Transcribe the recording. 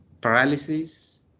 paralysis